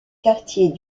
quartiers